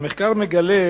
והמחקר מגלה